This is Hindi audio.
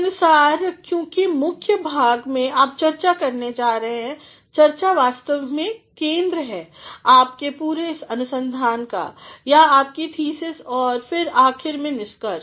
के अनुसार क्योंकि मुख्य भाग में आप चर्चा करने जा रहे हैं चर्चा वास्तव में केंद्र है आपके पूरे अनुसंधान का या आपकी थीसिस और फिर आखिर में निष्कर्ष